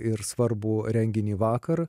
ir svarbų renginį vakar